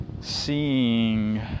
seeing